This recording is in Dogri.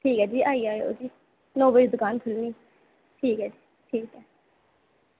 ठीक ऐ फ्ही आई जायो भी नौ बजे दुकान खुल्लनी ऐ भी ठीक ऐ ठीक ऐ